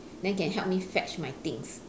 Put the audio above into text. then can help me fetch my things